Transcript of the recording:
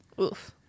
Oof